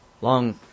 long